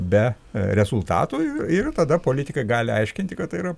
be rezultatų ir tada politikai gali aiškinti kad tai yra